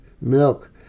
milk